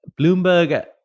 Bloomberg